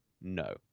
No